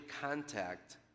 contact